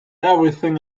everything